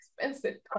expensive